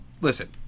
Listen